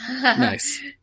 Nice